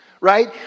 right